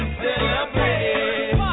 celebrate